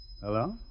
Hello